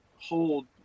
hold